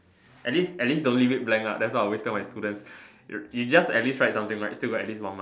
at least as least don't leave it blank ah that's what I always tell my students you you just at least write something right that's still got at least one mark